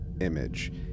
image